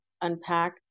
unpack